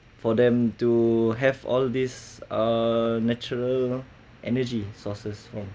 for them to have all these uh natural energy sources from